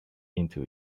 into